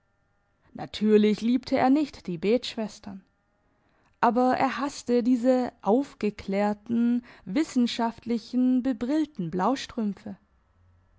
natürlich liebte er nicht die betschwestern aber er hasste diese aufgeklärten wissenschaftlichen bebrillten